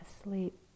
asleep